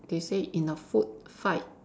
they say in a food fight